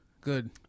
Good